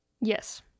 Yes